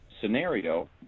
scenario